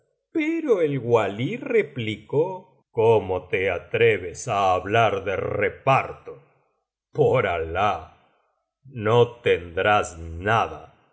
pero el walí replicó cómo te atreves á hablar de reparto por alah no tendrás nada pues